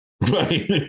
Right